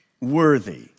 worthy